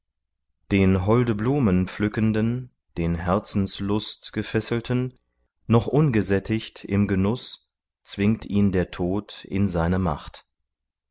den holde blumen pflückenden den herzenslust gefesselten noch ungesättigt im genuß zwingt ihn der tod in seine macht